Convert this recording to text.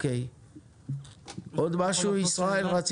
עוד משהו ישראל?